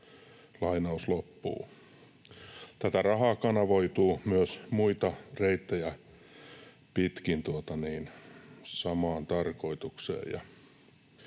vuosittain.” Tätä rahaa kanavoituu myös muita reittejä pitkin samaan tarkoitukseen.